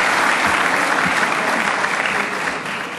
(מחיאות כפיים)